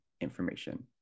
information